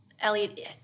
Elliot